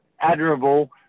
admirable